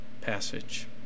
passage